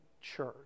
church